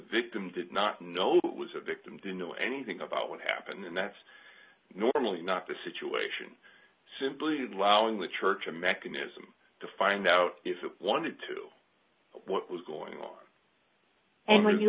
victim did not know it was a victim didn't know anything about what happened and that's normally not the situation simply did well in the church a mechanism to find out if it wanted to what was going on and when you